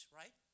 right